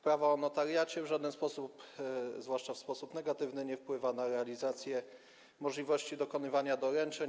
Prawa o notariacie, w żaden sposób, zwłaszcza w sposób negatywny, nie wpływa na realizację możliwości dokonywania doręczeń.